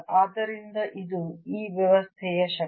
ಆದ್ದರಿಂದ ಇದು ಈ ವ್ಯವಸ್ಥೆಯ ಶಕ್ತಿ